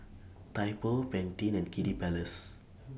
Typo Pantene and Kiddy Palace